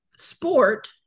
sport